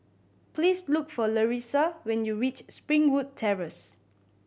please look for Larissa when you reach Springwood Terrace